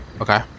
Okay